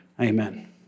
Amen